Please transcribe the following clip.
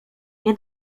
nie